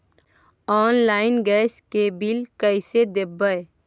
Online gas के bill कैसे देबै?